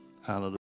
Hallelujah